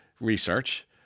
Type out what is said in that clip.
Research